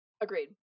Agreed